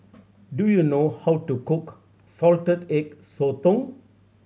do you know how to cook Salted Egg Sotong